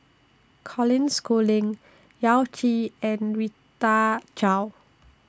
Colin Schooling Yao Zi and Rita Chao